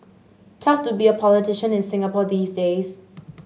tough to be a politician in Singapore these days